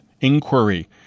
inquiry